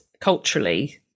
culturally